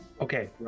okay